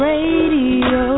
Radio